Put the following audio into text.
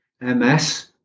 MS